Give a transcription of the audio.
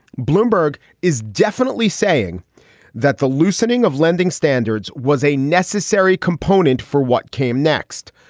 bloomberg is definitely saying that the loosening of lending standards was a necessary component for what came next.